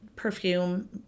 Perfume